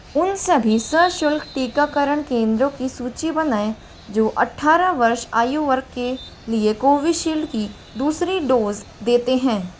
उन सभी सशुल्क टीकाकरण केंद्रों की सूची बनाएँ जो अट्ठारह वर्ष आयु वर्ग के लिए कोविशील्ड की दूसरी डोज़ देते हैं